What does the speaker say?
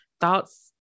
thoughts